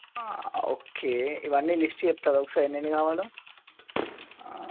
okay ఇవన్నీ list చెప్తారా ఒకసారి ఎన్నెన్ని కావాలో